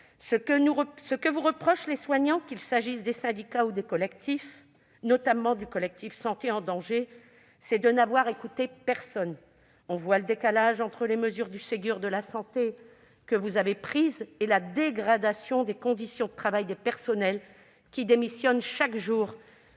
Ce que vous reprochent les soignants, qu'il s'agisse des syndicats ou des collectifs, notamment « Notre santé en danger », c'est de n'avoir écouté personne. On voit le décalage entre les mesures du Ségur de la santé que vous avez prises et la dégradation des conditions de travail des personnels qui démissionnent chaque jour,